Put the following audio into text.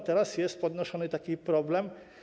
A teraz jest podnoszony taki problem.